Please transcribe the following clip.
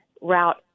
route